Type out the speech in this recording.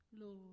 Lord